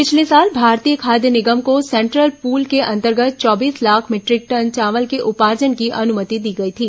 पिछले साल भारतीय खाद्य निगम को सेंट्रल पूल के अंतर्गत चौबीस लाख मीटरिक टन चावल के उपार्जन की अनुमति दी गई थी